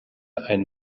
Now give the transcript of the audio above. einen